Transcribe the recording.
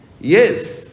Yes